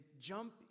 jump